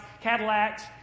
Cadillacs